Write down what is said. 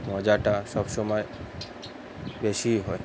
মজাটা সবসময় বেশিই হয়